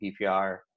PPR